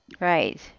right